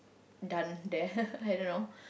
done there I don't know